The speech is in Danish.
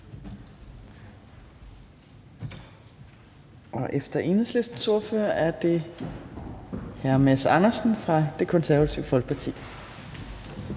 Efter Enhedslistens ordfører er det hr. Mads Andersen fra Det Konservative Folkeparti.